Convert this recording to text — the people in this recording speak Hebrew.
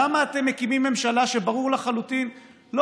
למה אתם מקימים ממשלה כשברור לחלוטין שלא